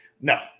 No